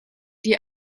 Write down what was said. die